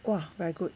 !wah! very good